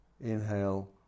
Inhale